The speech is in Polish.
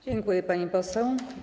Dziękuję, pani poseł.